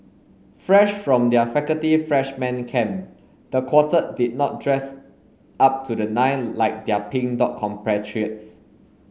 fresh from their faculty freshman camp the quartet did not dress up to the nine like their Pink Dot compatriots